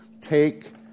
take